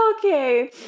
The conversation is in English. Okay